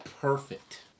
perfect